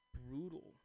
brutal